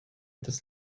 dass